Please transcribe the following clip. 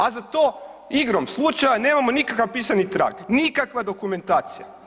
A za to, igrom slučaja, nemamo nikakav pisani trag, nikakva dokumentacija.